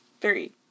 three